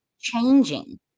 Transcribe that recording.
changing